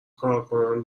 کارکنان